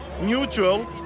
neutral